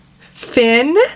Finn